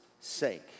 sake